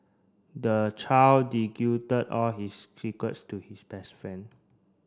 the child all his secrets to his best friend